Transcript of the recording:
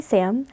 Sam